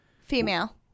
Female